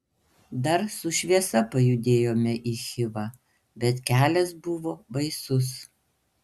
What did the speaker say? dar su šviesa pajudėjome į chivą bet kelias buvo baisus